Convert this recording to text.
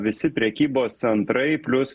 visi prekybos centrai plius